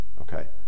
Okay